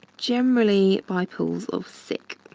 generally, by pools of sick.